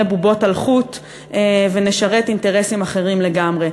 בובות על חוט ונשרת אינטרסים אחרים לגמרי.